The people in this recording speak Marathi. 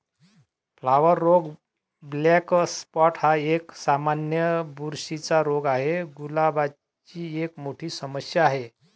फ्लॉवर रोग ब्लॅक स्पॉट हा एक, सामान्य बुरशीचा रोग आहे, गुलाबाची एक मोठी समस्या आहे